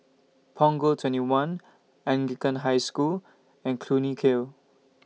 Punggol twenty one Anglican High School and Clunny Hill